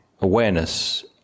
awareness